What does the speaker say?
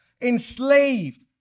enslaved